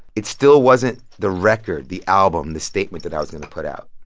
it still wasn't the record, the album, the statement that i was going to put out.